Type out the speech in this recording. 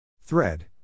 Thread